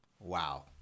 Wow